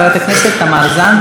בבקשה, גברתי.